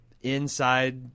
inside